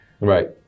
Right